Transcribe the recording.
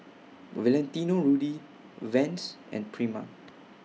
Valentino Rudy Vans and Prima